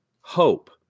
hope